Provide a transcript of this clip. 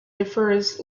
differs